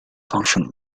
function